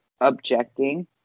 objecting